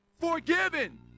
forgiven